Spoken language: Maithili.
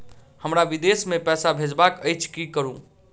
हमरा विदेश मे पैसा भेजबाक अछि की करू?